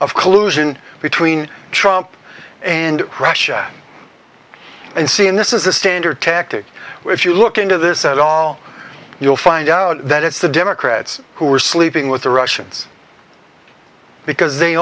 of collusion between trump and russia and seeing this is a standard tactic if you look into this at all you'll find out that it's the democrats who were sleeping with the russians because they